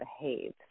behave